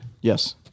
Yes